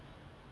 ah